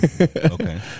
okay